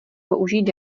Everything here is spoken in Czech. použít